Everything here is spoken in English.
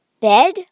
Bed